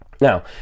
Now